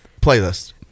Playlist